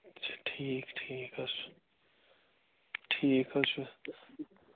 اچھا ٹھیٖک ٹھیٖک حظ چھُ ٹھیٖک حظ چھُ